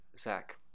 zach